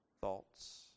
thoughts